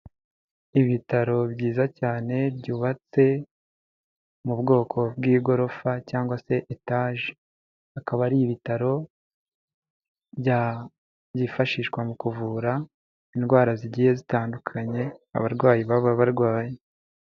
Ibitaro byiza cyane byubatse mu bwoko bw'igorofa cyangwa se etaje. Akaba ari ibitaro bya byifashishwa mu kuvura indwara zigiye zitandukanye abarwayi baba barwaye.